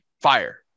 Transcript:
fire